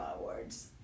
Awards